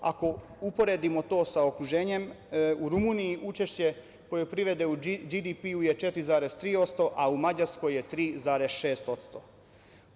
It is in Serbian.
Ako uporedimo to sa okruženjem, u Rumuniji učešće poljoprivrede u BDP je 4,3%, a u Mađarskoj je 3,6%